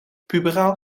puberaal